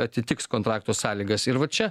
atitiks kontrakto sąlygas ir va čia